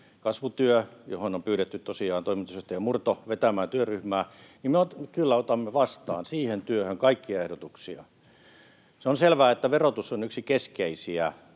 kasvutyö, johon on pyydetty tosiaan toimitusjohtaja Murto vetämään työryhmää, niin me kyllä otamme vastaan siihen työhön kaikkia ehdotuksia. Se on selvää, että verotus on yksi keskeisiä